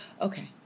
Okay